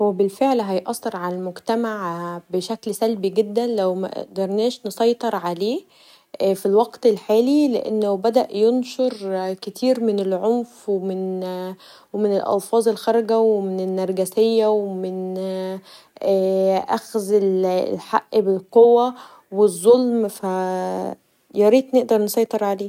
هو بالفعل هيأثر علي المجتمع بشكل سلبي جدا لو مقدرناش نسيطر عليه في الوقت الحالي لانه بدأ ينشر كتير من العنف ومن الألفاظ الخارجه ومن النرجسيه و و اخد الحق بالقوه و الظلم فياريت نقدر نسيطر عليه.